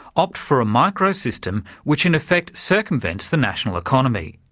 opt for a micro system which in effect circumvents the national economy.